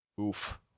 Oof